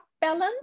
balance